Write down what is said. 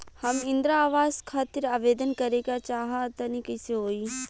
हम इंद्रा आवास खातिर आवेदन करे क चाहऽ तनि कइसे होई?